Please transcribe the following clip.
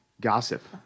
gossip